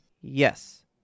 Yes